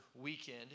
weekend